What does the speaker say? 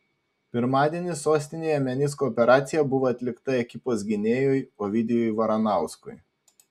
pirmadienį sostinėje menisko operacija buvo atlikta ekipos gynėjui ovidijui varanauskui